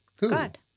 God